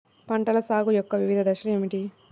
పంటల సాగు యొక్క వివిధ దశలు ఏమిటి?